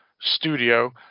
studio